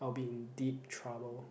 I'll be in deep trouble